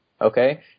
Okay